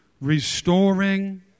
restoring